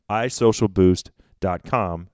iSocialBoost.com